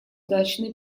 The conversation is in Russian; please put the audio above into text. дачный